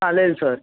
चालेल सर